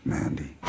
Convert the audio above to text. Mandy